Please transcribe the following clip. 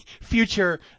future